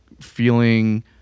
feeling